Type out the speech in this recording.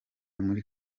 muri